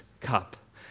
cup